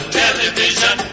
television